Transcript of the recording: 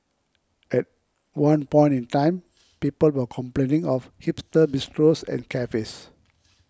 at one point in time people were complaining of hipster bistros and cafes